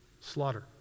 Slaughter